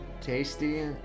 Tasty